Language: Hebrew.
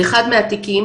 באחד מהתיקים